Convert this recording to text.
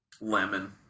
lemon